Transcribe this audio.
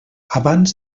abans